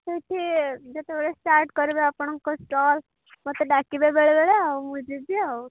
ସେଇଠି ଯେତେବେଳେ ଷ୍ଟାର୍ଟ କରିବେ ଆପଣଙ୍କ ଷ୍ଟଲ୍ ମୋତେ ଡାକିବେ ବେଳେବେେଳେ ଆଉ ମୁଁ ଯିବି ଆଉ